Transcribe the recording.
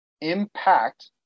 impact